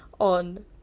on